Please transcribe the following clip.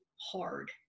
hard